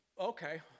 okay